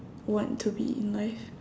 want to be in life